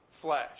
flesh